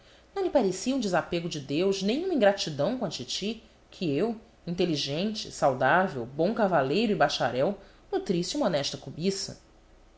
lhe parecia um desapego de deus nem uma ingratidão com a titi que eu inteligente saudável bom cavaleiro e bacharel nutrisse uma honesta cobiça